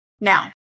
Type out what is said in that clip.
Now